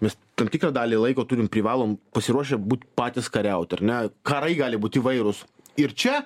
mes tam tikrą dalį laiko turim privalom pasiruošę būt patys kariauti ar ne karai gali būti įvairūs ir čia